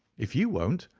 if you won't,